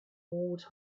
old